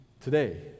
today